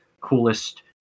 coolest